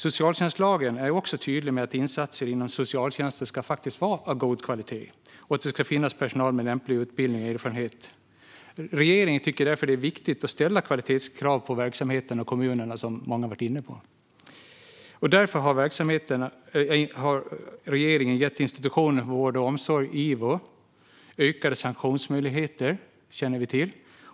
Socialtjänstlagen är tydlig med att insatser inom socialtjänsten ska vara av god kvalitet och att det ska finnas personal med lämplig utbildning och erfarenhet. Regeringen tycker därför att det är viktigt att ställa kvalitetskrav på verksamheterna och kommunerna, vilket många har varit inne på. Därför har regeringen gett Inspektionen för vård och omsorg, IVO, ökade sanktionsmöjligheter - det känner vi till.